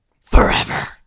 Forever